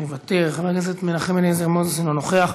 מוותר, חבר הכנסת מנחם אליעזר מוזס, אינו נוכח,